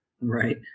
right